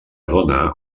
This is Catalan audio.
dóna